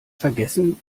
vergessen